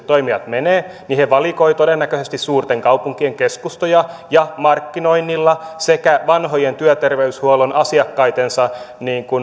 toimijat menevät he valikoivat todennäköisesti suurten kaupunkien keskustoja ja markkinoinnilla sekä vanhoille työterveyshuollon asiakkaillensa